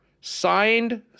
Signed